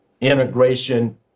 integration